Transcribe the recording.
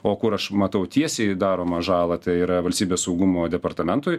o kur aš matau tiesiai daromą žalą tai yra valstybės saugumo departamentui